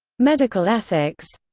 medical ethics